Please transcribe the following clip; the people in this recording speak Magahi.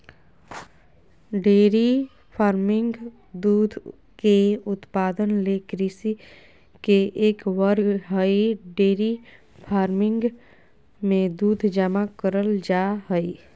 डेयरी फार्मिंग दूध के उत्पादन ले कृषि के एक वर्ग हई डेयरी फार्मिंग मे दूध जमा करल जा हई